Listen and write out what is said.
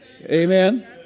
amen